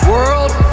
World